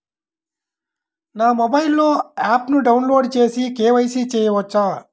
నా మొబైల్లో ఆప్ను డౌన్లోడ్ చేసి కే.వై.సి చేయచ్చా?